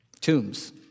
tombs